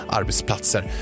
arbetsplatser